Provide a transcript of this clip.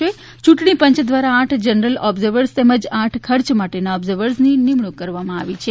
યૂંટણી પંચ દ્વારા આઠ જનરલ ઓબ્ઝર્વર તેમજ આઠ ખર્ચ માટેના ઓબ્ઝર્વર નિમણૂક કરવામાં આવી છે